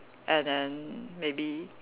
and then maybe